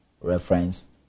reference